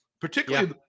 particularly